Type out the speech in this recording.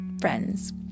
friends